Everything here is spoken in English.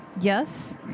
Yes